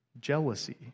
Jealousy